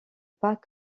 pas